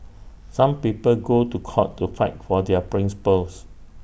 some people go to court to fight for their principles